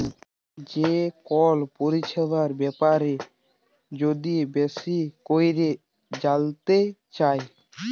যে কল পরিছেবার ব্যাপারে যদি বেশি ক্যইরে জালতে চায়